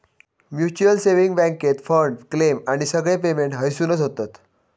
mutual saving बॅन्केत fund, claim आणि सगळे पेमेंट हयसूनच होतत